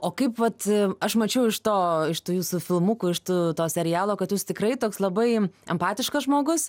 o kaip vat aš mačiau iš to iš tų jūsų filmukų iš tų to serialo kad jūs tikrai toks labai empatiškas žmogus